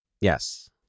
Yes